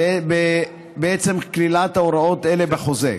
בעצם כלילת הוראות אלה בחוזה,